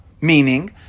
meaning